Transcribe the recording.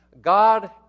God